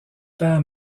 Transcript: père